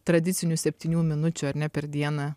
tradicinių septynių minučių ar ne per dieną